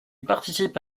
participe